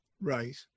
right